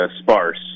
sparse